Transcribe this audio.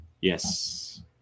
Yes